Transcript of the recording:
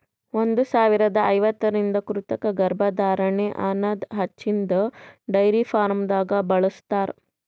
ಒಂದ್ ಸಾವಿರದಾ ಐವತ್ತರಿಂದ ಕೃತಕ ಗರ್ಭಧಾರಣೆ ಅನದ್ ಹಚ್ಚಿನ್ದ ಡೈರಿ ಫಾರ್ಮ್ದಾಗ್ ಬಳ್ಸತಾರ್